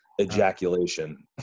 ejaculation